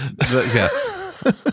Yes